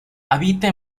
habita